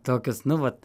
tokius nu vat